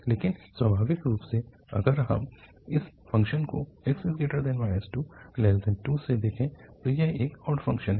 लेकिन स्वाभाविक रूप से अगर हम इस फ़ंक्शन को 2x2 से देखें तो यह एक ऑड फ़ंक्शन है